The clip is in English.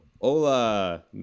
Hola